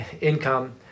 income